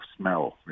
smell